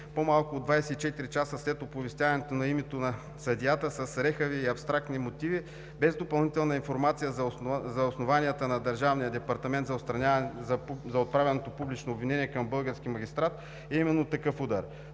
по-малко от 24 часа след оповестяването на името на съдията с рехави и абстрактни мотиви, без допълнителна информация за основанията на Държавния департамент за отправеното публично обвинение към български магистрат е именно такъв удар.